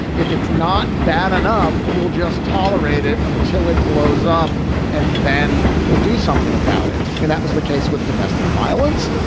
if it's not bad enough, we'll just tolerate it until it blows up and then we'll do something about it. and that was the case with domestic violence.